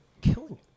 killing